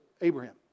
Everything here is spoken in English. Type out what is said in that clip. Abraham